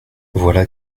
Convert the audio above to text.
voilà